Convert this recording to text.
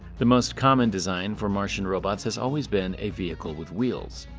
the most common design for martian robots has always been a vehicle with wheels,